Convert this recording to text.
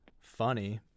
funny